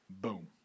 Boom